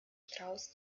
strauß